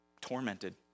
tormented